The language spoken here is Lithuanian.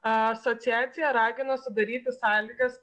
asociacija ragina sudaryti sąlygas